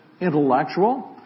intellectual